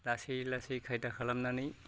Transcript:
लासै लासै खायदा खालामनानै